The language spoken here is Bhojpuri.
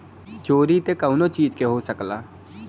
चोरी त कउनो चीज के हो सकला